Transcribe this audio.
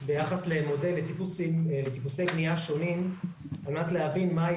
ביחס למודל לטיפוסי בנייה שונים על מנת להבין מהי